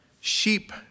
sheep